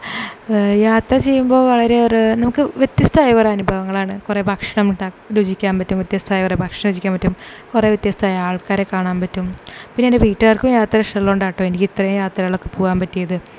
യാത്ര ചെയുമ്പോൾ വളരെയൊരു നമുക്ക് വ്യത്യസ്തമായ കുറേ അനുഭവങ്ങളാണ് കുറേ ഭക്ഷണം ഉണ്ടാ രുചിക്കാൻ പറ്റും വ്യത്യസ്തമായ കുറേ ഭക്ഷണം രുചിക്കാൻ പറ്റും കുറേ വ്യത്യസ്തമായ ആൾക്കാരെ കാണാൻ പറ്റും പിന്നെ എന്റെ വീട്ടുകാർക്കും യാത്ര ഇഷ്ടമുള്ളത് കൊണ്ടാണ് കേട്ടോ എനിക്ക് ഇത്രയും യാത്രകളൊക്കെ പോവാൻ പറ്റിയത്